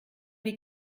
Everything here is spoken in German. wie